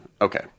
Okay